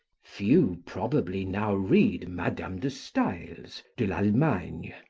few, probably, now read madame de stael's de l'allemagne,